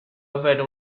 avere